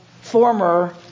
former